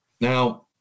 Now